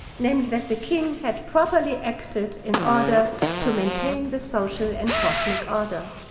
namely that the king had properly acted in order to maintain the social and cosmic order.